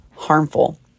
harmful